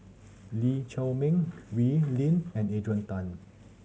Lee Chiaw Meng Wee Lin and Adrian Tan